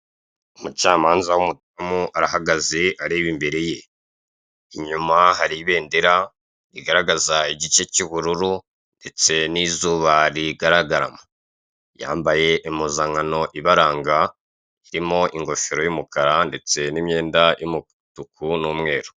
Umucamanza w'umudamu arahagaze areba imbere ye, inyuma hari ibendera rigaragaza igice cy'ubururu ndetse n'izuba rigaragaramo, yambaye impuzankano ibaranga irimo ingofero y'umukara ndetse n'imyenda y'umutuku n'umweru.